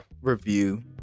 review